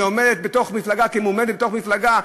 היא עומדת בתוך מפלגה כמועמדת בתוך מפלגה,